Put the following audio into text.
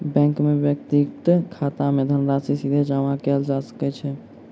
bank मे व्यक्तिक खाता मे धनराशि सीधे जमा कयल जा सकै छै